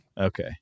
Okay